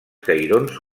cairons